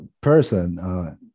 person